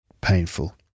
painful